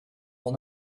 will